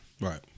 Right